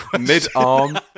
Mid-arm